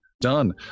done